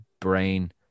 brain